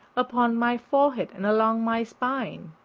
upon my forehead and along my spine.